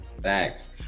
thanks